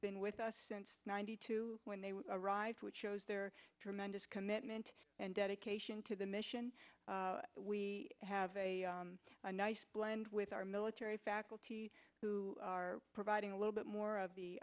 been with us since ninety two when they arrived which shows their tremendous commitment and dedication to the mission we have a nice blend with our military faculty who are providing a little bit more of the